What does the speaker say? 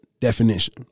definition